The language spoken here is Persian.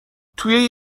توی